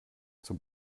zum